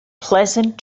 pleasant